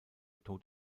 tod